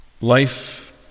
life